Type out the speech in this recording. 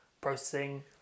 processing